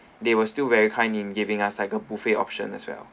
they were still very kind in giving us like a buffet option as well